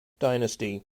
dynasty